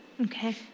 Okay